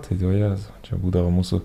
tai vajezau čia būdavo mūsų